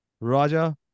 Raja